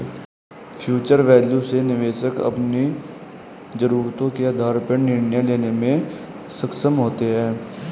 future value से निवेशक अपनी जरूरतों के आधार पर निर्णय लेने में सक्षम होते हैं